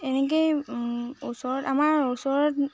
এনেকেই ওচৰত আমাৰ ওচৰত